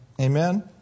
Amen